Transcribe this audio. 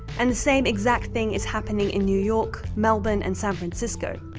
and the same exact thing is happening in new york, melbourne, and san francisco.